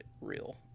real